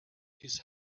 his